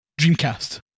Dreamcast